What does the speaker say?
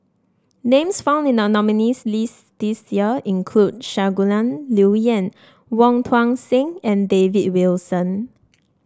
names found in the nominees' list this year include Shangguan Liuyun Wong Tuang Seng and David Wilson